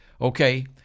Okay